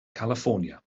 california